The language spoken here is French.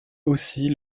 aussi